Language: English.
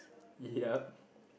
yup